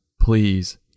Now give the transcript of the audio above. please